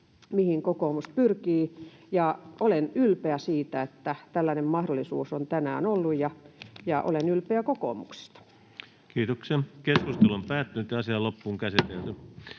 mihin kokoomus pyrkii. Olen ylpeä siitä, että tällainen mahdollisuus on tänään ollut, ja olen ylpeä kokoomuksesta. Ensimmäiseen käsittelyyn esitellään